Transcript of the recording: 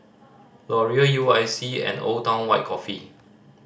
Laurier U I C and Old Town White Coffee